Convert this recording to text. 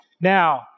Now